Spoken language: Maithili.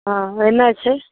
हँ ओहिना छै